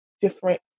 different